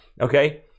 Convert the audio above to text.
Okay